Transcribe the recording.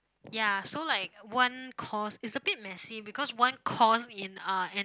ya so like one course is a bit messy because one course in uh and